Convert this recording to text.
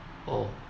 oh